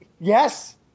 Yes